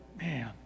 man